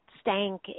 stank